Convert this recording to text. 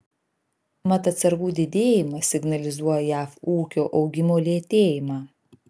mat atsargų didėjimas signalizuoja jav ūkio augimo lėtėjimą